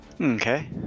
Okay